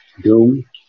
Doom